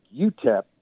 UTEP